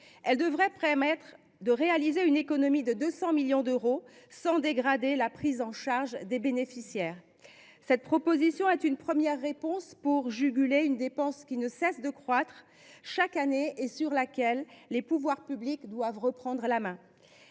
qui devrait permettre de réaliser une économie de 200 millions d’euros sans dégrader la prise en charge des bénéficiaires constitue une première réponse pour juguler une dépense qui ne cesse de croître chaque année et sur laquelle les pouvoirs publics doivent reprendre la main.